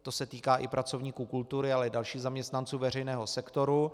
To se týká i pracovníků kultury, ale i dalších zaměstnanců veřejného sektoru.